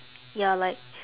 ya like